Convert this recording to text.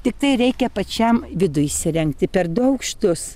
tiktai reikia pačiam vidų įsirengti per du aukštus